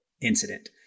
incident